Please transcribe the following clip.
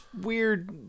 weird